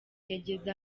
yageze